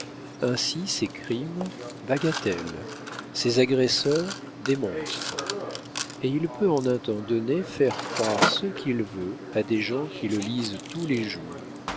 ainsi ses crimes bagatelles ses agresseurs des monstres et il peut en un temps donné faire croire ce qu'il veut à des gens qui le lisent tous les jours